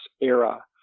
era